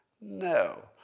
No